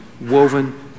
woven